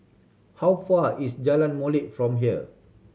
how far is Jalan Molek from here